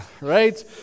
Right